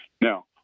Now